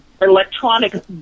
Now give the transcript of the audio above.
electronic